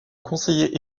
conseiller